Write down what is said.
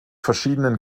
verschiedenen